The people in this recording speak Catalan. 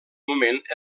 moment